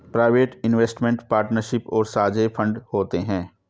private investment partnership और साझे fund होते हैं